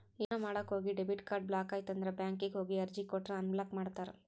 ಏನೋ ಮಾಡಕ ಹೋಗಿ ಡೆಬಿಟ್ ಕಾರ್ಡ್ ಬ್ಲಾಕ್ ಆಯ್ತಂದ್ರ ಬ್ಯಾಂಕಿಗ್ ಹೋಗಿ ಅರ್ಜಿ ಕೊಟ್ರ ಅನ್ಬ್ಲಾಕ್ ಮಾಡ್ತಾರಾ